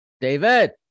david